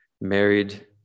married